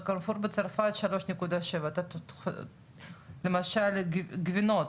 ב'קרפור' בצרפת 3.7. למשל גבינות.